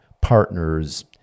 Partners